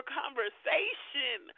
conversation